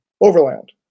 overland